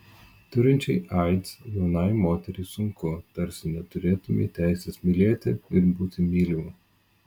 turinčiai aids jaunai moteriai sunku tarsi neturėtumei teisės mylėti ir būti mylimu